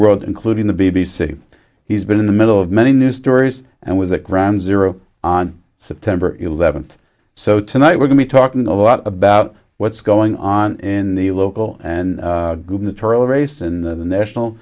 world including the b b c he's been in the middle of many news stories and was at ground zero on september eleventh so tonight we're going to be talking a lot about what's going on in the local and gubernatorial race in the national